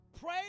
pray